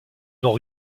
n’ont